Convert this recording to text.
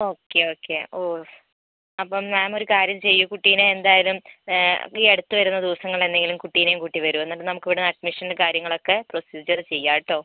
okay okay ഓ അപ്പം ma'am ഒരു കാര്യം ചെയ്യൂ കുട്ടീനെ എന്തായാലും ഈയടുത്ത് വരുന്ന ദിവസങ്ങളിൽ എന്നെങ്കിലും കുട്ടീനെയും കൂട്ടി വരൂ എന്നിട്ട് നമുക്ക് ഇവിടുന്ന് അഡ്മിഷനും കാര്യങ്ങളൊക്കെ പ്രൊസീജർ ചെയ്യാം കേട്ടോ